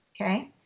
okay